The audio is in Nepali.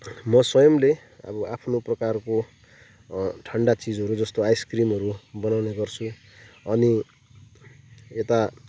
म स्वयम्ले अब आफ्नो प्रकारको ठन्डा चिजहरू जस्तो आइसक्रिमहरू बनाउने गर्छु अनि यता